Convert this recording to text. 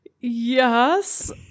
yes